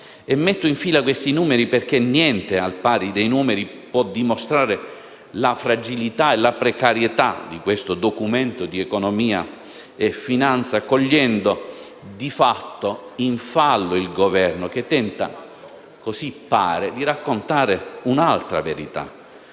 Metto in fila questi numeri perché niente al pari dei numeri può dimostrare la fragilità e la precarietà del Documento di economia e finanza in esame, cogliendo di fatto in fallo il Governo che tenta - così pare - di raccontare un'altra verità.